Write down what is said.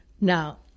Now